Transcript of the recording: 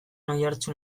oihartzun